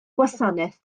gwasanaeth